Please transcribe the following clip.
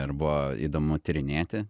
ir buvo įdomu tyrinėti